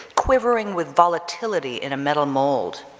quivering with volatility in a metal mold,